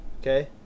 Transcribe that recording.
Okay